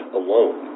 alone